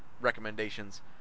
recommendations